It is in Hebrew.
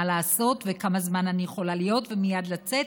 לעשות וכמה זמן אני יכולה להיות ומייד לצאת,